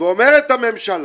ואני אומר לך למה.